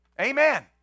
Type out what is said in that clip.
Amen